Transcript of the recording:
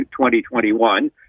2021